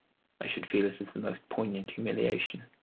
i should feel it as the most poignant humiliation,